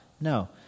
No